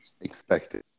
expected